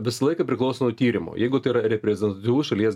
visą laiką priklauso nuo tyrimo jeigu tai yra reprezentatyvus šalies